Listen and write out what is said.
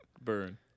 Burn